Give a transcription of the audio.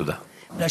תודה.